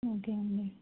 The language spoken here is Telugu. ఓకే అండి